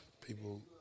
People